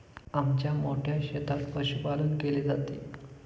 आमच्या मोठ्या शेतात पशुपालन केले जाते